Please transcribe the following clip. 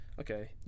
okay